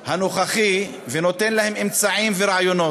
הנוכחי, ונותן להם אמצעים ורעיונות.